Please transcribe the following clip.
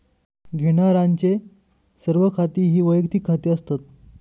घेण्यारांचे सर्व खाती ही वैयक्तिक खाती असतात